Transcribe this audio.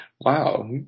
wow